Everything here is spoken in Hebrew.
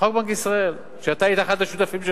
חוק בנק ישראל שאתה היית אחד השותפים שלו.